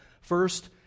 First